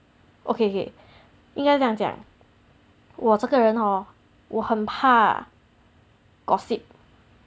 okay okay 应该这样讲我这个人 hor 我很怕 gossip